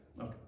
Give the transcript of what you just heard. okay